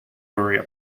maria